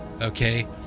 okay